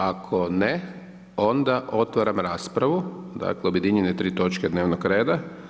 Ako ne, onda otvaram raspravu, dakle objedinjene tri točke dnevnog reda.